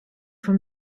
from